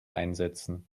einsetzen